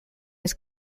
his